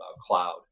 cloud